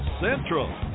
Central